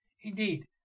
Indeed